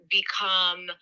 become